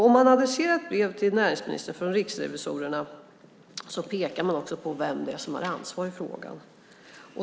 Om ett brev från riksrevisorerna adresseras till näringsministern pekar de också på vem som har ansvaret i frågan.